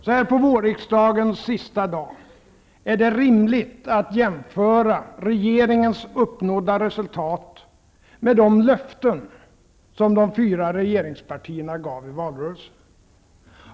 Så här på vårriksdagens sista dag är det rimligt att jämföra regeringens uppnådda resultat med de löften som de fyra regeringspartierna gav i valrörelsen.